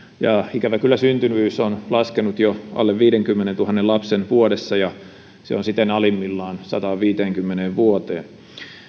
ikävä kyllä syntyvyys on laskenut jo alle viidenkymmenentuhannen lapsen vuodessa ja se on siten alimmillaan sataanviiteenkymmeneen vuoteen